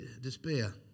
despair